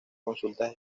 consultas